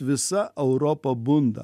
visa europa bunda